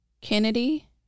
Kennedy